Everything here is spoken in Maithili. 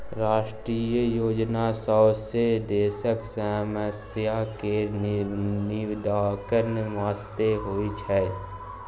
राष्ट्रीय योजना सौंसे देशक समस्या केर निदानक बास्ते होइ छै